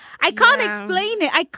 i can't explain it. i.